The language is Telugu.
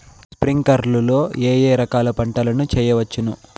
స్ప్రింక్లర్లు లో ఏ ఏ రకాల పంటల ను చేయవచ్చును?